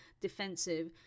defensive